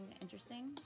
interesting